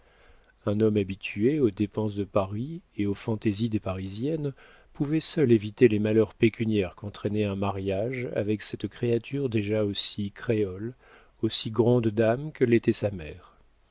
un homme habitué aux dépenses de paris et aux fantaisies des parisiennes pouvait seul éviter les malheurs pécuniaires qu'entraînait un mariage avec cette créature déjà aussi créole aussi grande dame que l'était sa mère